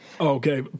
Okay